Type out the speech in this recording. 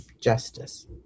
justice